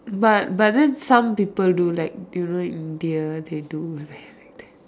but but then some people do like you know India they do ya like that